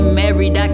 married